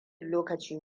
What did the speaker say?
lokaci